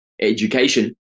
education